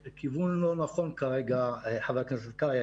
זה כיוון לא נכון כרגע, חבר הכנסת קרעי.